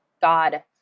God